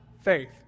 faith